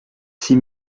six